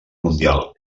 mundial